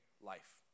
life